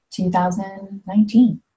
2019